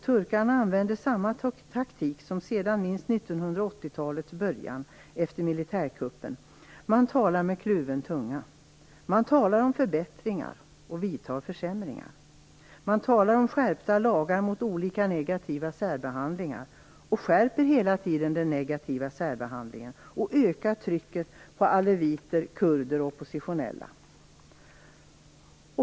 Turkarna använder samma taktik som man gjort åtminstone sedan 1980-talets början, efter militärkuppen. Man talar med kluven tunga. Man talar om förbättringar och vidtar försämringar. Man talar om skärpta lagar mot olika negativa särbehandlingar, skärper hela tiden den negativa särbehandlingen och ökar trycket på aleviter, kurder och oppositionella.